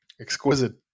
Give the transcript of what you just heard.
Exquisite